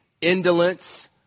indolence